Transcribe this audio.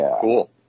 Cool